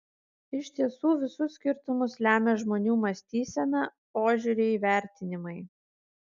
iš tiesų visus skirtumus lemia žmonių mąstysena požiūriai vertinimai